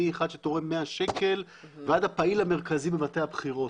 מאחד שתורם 100 שקל ועד הפעיל המרכזי במטה הבחירות.